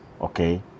okay